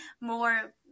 more